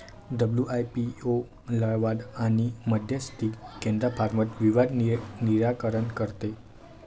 WIPO लवाद आणि मध्यस्थी केंद्रामार्फत विवाद निराकरण करते